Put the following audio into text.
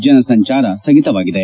ಜನ ಸಂಚಾರ ಸ್ವಗಿತವಾಗಿದೆ